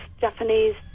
Japanese